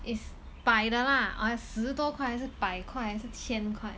is 百的啦 or 十多块还是百块还是千块